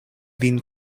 vin